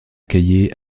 caillé